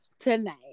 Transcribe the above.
tonight